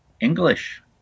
English